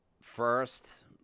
first